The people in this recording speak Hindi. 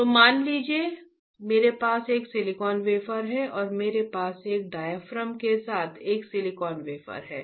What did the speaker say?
तो मान लीजिए मेरे पास एक सिलिकॉन वेफर है और मेरे पास एक डायाफ्राम के साथ एक सिलिकॉन वेफर है